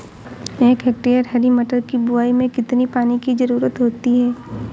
एक हेक्टेयर हरी मटर की बुवाई में कितनी पानी की ज़रुरत होती है?